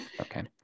Okay